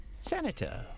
Senator